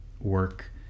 work